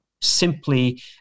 simply